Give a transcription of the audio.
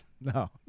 No